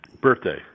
birthday